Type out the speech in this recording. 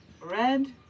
Red